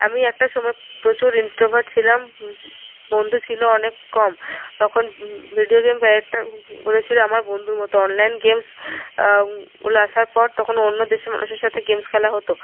আমি একটা সময় প্রচুর ইন্ট্রোভার্ট ছিলাম বন্ধু ছিল অনেক কম তখন ভিডিও গেম কয়েকটা হয়েছিল আমার বন্ধুর মতো অনলাইন গেমস গুলো আসার পর তখন অন্য দেশের মানুষের সাথে গেমস খেলা হত